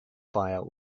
fire